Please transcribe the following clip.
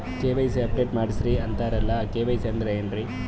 KYC update ಮಾಡಸ್ರೀ ಅಂತರಲ್ಲ KYC ಅಂದ್ರ ಏನ್ರೀ?